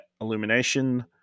illumination